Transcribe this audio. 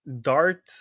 Dart